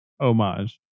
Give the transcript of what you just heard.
homage